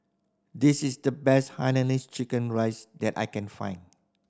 this is the best hainanese chicken rice that I can find